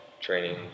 training